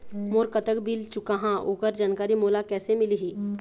मोर कतक बिल चुकाहां ओकर जानकारी मोला कैसे मिलही?